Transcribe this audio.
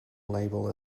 label